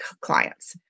clients